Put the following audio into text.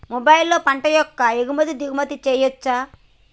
మొబైల్లో పంట యొక్క ఎగుమతి దిగుమతి చెయ్యచ్చా?